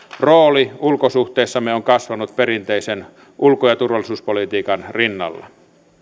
rooli ulkosuhteissamme on kasvanut perinteisen ulko ja turvallisuuspolitiikan rinnalla